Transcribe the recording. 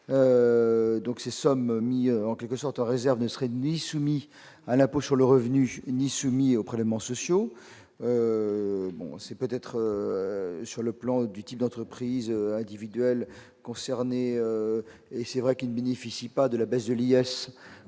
Donc ces sommes mis en quelque sorte réserve ne serait ni soumis à l'impôt sur le revenu, ni soumis aux prélèvements sociaux. Bon, c'est peut-être. Sur le plan du type d'entreprises individuelles concernés et c'est vrai qu'il ne bénéficient pas de la baisse de l'IS